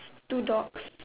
two dogs